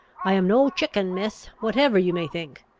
i am no chicken, miss, whatever you may think.